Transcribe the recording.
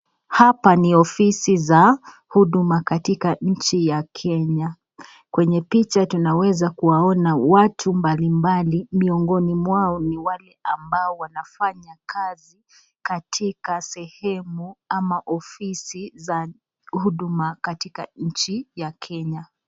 Hapa ni ofisi za huduma katika nchi ya kenya, kwenye picha tunaweza kuwaona watu mbalimbali, miongoni wao ni wale ambao wanafanya kazi katika sehemu ama ofisi za huduma katika nchi ya Kenya.